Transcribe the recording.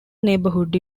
neighbourhood